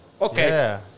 Okay